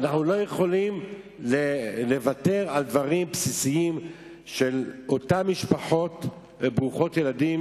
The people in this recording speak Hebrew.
ואנחנו לא יכולים לוותר על דברים בסיסיים של אותן משפחות ברוכות ילדים,